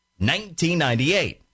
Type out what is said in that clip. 1998